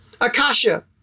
Akasha